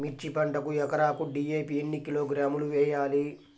మిర్చి పంటకు ఎకరాకు డీ.ఏ.పీ ఎన్ని కిలోగ్రాములు వేయాలి?